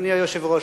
אדוני היושב-ראש,